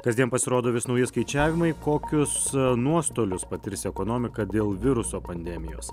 kasdien pasirodo vis nauji skaičiavimai kokius nuostolius patirs ekonomika dėl viruso pandemijos